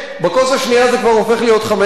בכוס השנייה זה כבר הופך להיות 15,